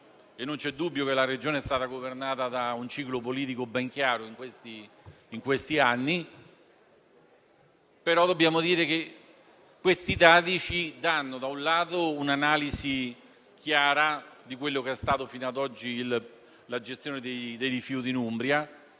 non c'è dubbio che la Regione è stata governata da un ciclo politico ben chiaro in questi anni, ma dobbiamo dire che questi dati ci forniscono, da un lato, un'analisi chiara di quella che è stata fino ad oggi la gestione dei rifiuti in Umbria,